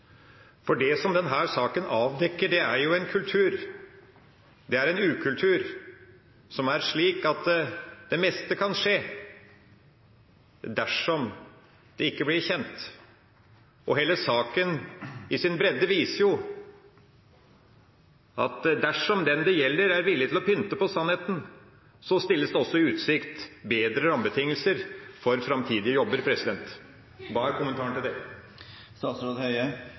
Det som denne saken avdekker, er en ukultur som er slik at det meste kan skje dersom det ikke blir kjent, og hele saken i sin bredde viser jo at dersom den det gjelder, er villig til å pynte på sannheten, stilles det også i utsikt bedre rammebetingelser for framtidige jobber. Hva er kommentaren til det?